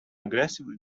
aggressively